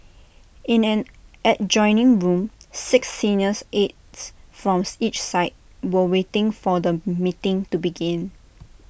in an adjoining room six seniors aides from each side were waiting for the meeting to begin